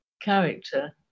character